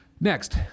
Next